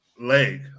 leg